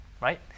right